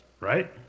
right